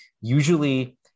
usually